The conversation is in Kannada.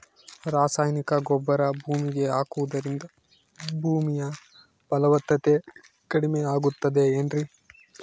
ರಾಸಾಯನಿಕ ಗೊಬ್ಬರ ಭೂಮಿಗೆ ಹಾಕುವುದರಿಂದ ಭೂಮಿಯ ಫಲವತ್ತತೆ ಕಡಿಮೆಯಾಗುತ್ತದೆ ಏನ್ರಿ?